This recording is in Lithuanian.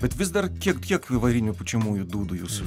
bet vis dar kiek kiek varinių pučiamųjų dūdų jūsų